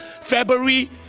February